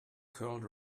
curled